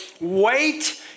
wait